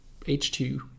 H2